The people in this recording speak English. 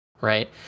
Right